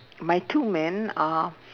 my two men are